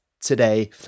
today